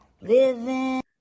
living